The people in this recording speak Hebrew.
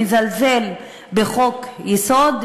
מזלזל בחוק-יסוד,